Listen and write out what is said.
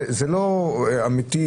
זה לא אמיתי.